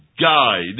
guide